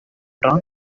drawn